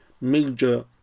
major